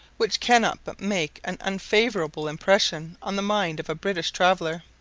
which cannot but make an unfavourable impression on the mind of a british traveller.